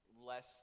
less